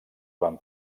van